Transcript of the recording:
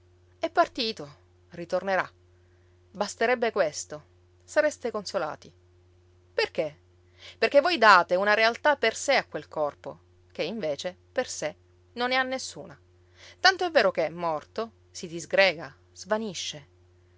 è partito ritornerà basterebbe questo sareste consolati perché perché voi date una realtà per sé a quel corpo che invece per sé non ne ha nessuna tanto vero che morto si disgrega svanisce